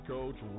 Coach